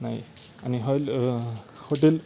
नाही आणि hall hotel